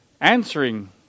Answering